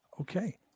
okay